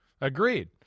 Agreed